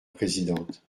présidente